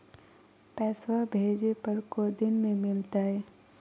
पैसवा भेजे पर को दिन मे मिलतय?